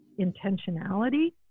intentionality